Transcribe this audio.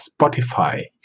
Spotify